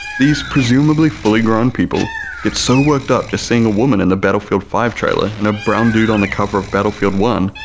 these presumably fully grown people get so worked up seeing a woman in the battlefield five trailer and a brown dude on the cover of battlefield one,